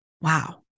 Wow